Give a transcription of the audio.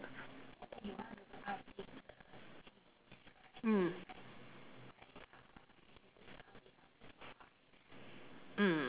mm mm